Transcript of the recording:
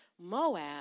Moab